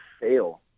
fail